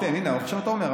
אתם, הינה, עכשיו אתה אומר.